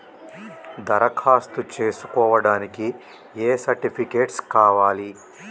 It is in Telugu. దరఖాస్తు చేస్కోవడానికి ఏ సర్టిఫికేట్స్ కావాలి?